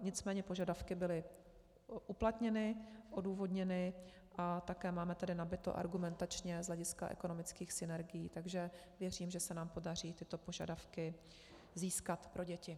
Nicméně požadavky byly uplatněny, odůvodněny a také máme tady nabito argumentačně z hlediska ekonomických synergií, takže věřím, že se nám podaří tyto požadavky získat pro děti.